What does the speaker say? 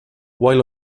while